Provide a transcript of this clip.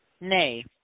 Nay